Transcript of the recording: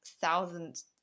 thousands